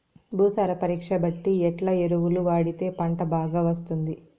భూసార పరీక్ష బట్టి ఎట్లా ఎరువులు వాడితే పంట బాగా వస్తుంది?